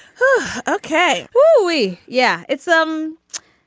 okay. we. yeah. it's um.